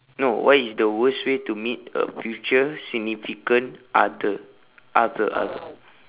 no what is the worst way to meet a future significant other other other